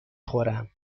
خورم